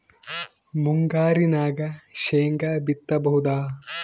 ಮುಂಗಾರಿನಾಗ ಶೇಂಗಾ ಬಿತ್ತಬಹುದಾ?